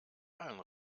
allen